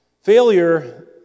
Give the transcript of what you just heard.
Failure